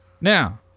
Now